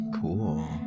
cool